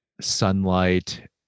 sunlight